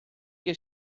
che